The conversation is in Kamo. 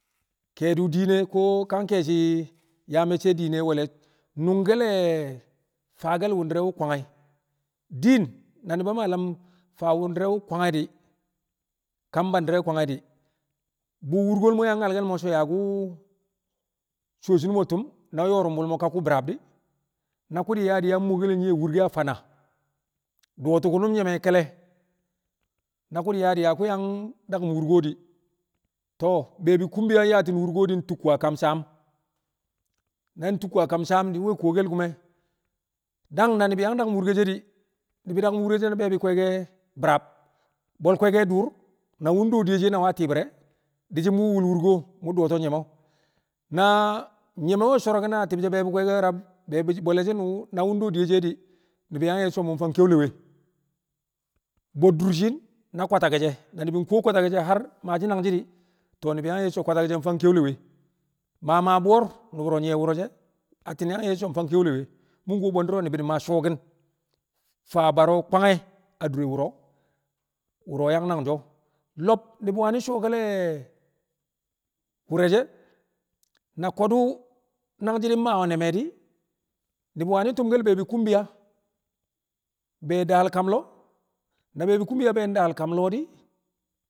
Ke̱e̱di̱ diino̱ ko- ka ke̱e̱shi̱ yaa me̱cce̱ diine wel nungkel le̱ faake̱l wu̱ndi̱re̱ wu̱ kwange̱ din na nu̱ba Maa lam faa wu̱ndi̱re̱ wu̱ kwang e̱ di̱ ka bandi̱re̱ wu̱ kwang e̱ di̱ bu̱ wu̱rko̱l mo̱ yang nyalke̱l mo̱ so̱ yaa ku̱ coo tu̱m na yo̱ru̱mbu̱l mo̱ ka ku̱ bi̱raab di̱ na ku̱ di̱ yaa di̱ yaa mo̱o̱ke̱l nye̱ wu̱rke̱. a fana do ku̱nu̱m nyeme kele na ku̱ di̱ yaa di̱ yaa ku̱ yang daku̱m wurke wu̱ di̱ to̱o̱ be̱e̱bi̱ kumbaya wu̱ nyaati̱n wurko̱ wu̱ di̱ di̱ ntukku a kam saam na ntukku a kam saam di̱ nwe̱ kuwkel ku̱me̱ dang na ni̱bi̱ yang daku̱m wurke she̱ di̱ ni̱bi̱ daku̱m wurke she̱ na be̱e̱bi̱ kwe̱e̱ke̱ bi̱raab bwe̱l kwe̱e̱ke̱ dur na wu̱ nde we̱ diye she̱ na wu̱ a ti̱i̱bi̱r re̱ di̱ shi̱ mu̱ wu̱l wurke wu̱ mo̱ do̱ to̱ nyeme o̱ na nyeme we̱ nsorokin a tibshe̱ be̱e̱bi̱ rab be̱e̱bi̱ bwe̱le̱shi̱n wu̱ na wu̱ de we̱ diyeshin di̱ ni̱bi̱ yang nye̱ shi̱ so̱ mu̱ nfang keulewe bo̱b durshin na kwatake̱ she̱ na ni̱bi̱ nkuwo kwatake she̱ har maashi̱ nangshi̱ di̱ to̱o̱ ni̱bi̱ yang ye̱ shi̱ so̱ kwatake she̱ fang keu̱lewe ma ma bo̱r nu̱bu̱ wo̱ro̱ nyi̱ye̱ wu̱ro̱ she̱ ;atti̱n yang nye shi̱ so̱ fang keulewe. Mu̱ kuwo bwe̱ndu̱ro̱ ni̱bi̱ di̱ maa su̱wo̱ki̱n faa baro̱ kwang e̱ a dure wu̱ro̱, wu̱ro̱ yang nangji̱ sho̱ lo̱b ni̱bi̱ wani̱ su̱wo̱ke̱l le̱ wu̱re̱ she̱ na ko̱du̱ nangji̱ di̱ maa we̱ ne̱m di̱ ni̱bi̱ wani̱ tu̱mke̱l le̱ be̱e̱bi̱ kumbiya be daal kam lọo̱ na be̱e̱bi̱ kumbiya be ndaal kam lo̱o̱ di.